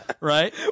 Right